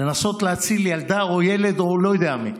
לנסות להציל ילדה או ילד או לא יודע מי.